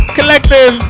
Collective